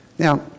Now